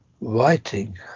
writing